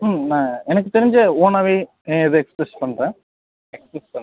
ம் நான் எனக்கு தெரிஞ்சு ஓனாகவே இதை எக்ஸ்ப்ரஸ் பண்ணுறேன் எக்ஸ்ப்ரஸ் பண்ணுறேன்